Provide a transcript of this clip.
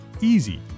easy